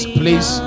please